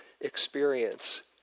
experience